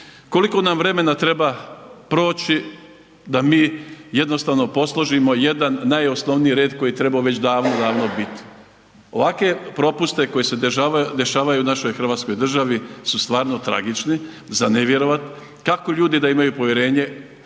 Koliko nam vremena treba proći da mi jednostavno posložimo jedan najosnovniji red koji je trebao već davno, davno bit? Ovakve propuste koji se dešavaju u našoj Hrvatskoj državi su stvarno tragični, za ne vjerovat kako ljudi da imaju povjerenje